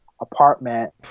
apartment